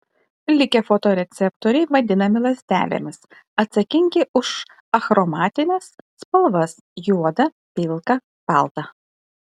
likę fotoreceptoriai vadinami lazdelėmis atsakingi už achromatines spalvas juodą pilką baltą